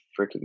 freaking